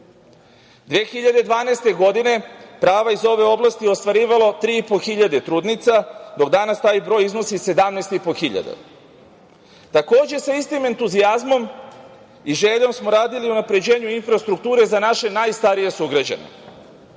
2012. prava iz ove oblasti ostvarivalo je 3.500 trudnica, dok danas taj broj iznosi 17.500. Takođe, sa istim entuzijazmom i željom smo radili na unapređenju infrastrukture za naše najstarije sugrađane.